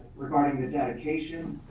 regarding the dedication,